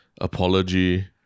apology